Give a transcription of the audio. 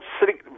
sitting